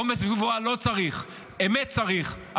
אומץ וגבורה לא צריך, אמת צריך.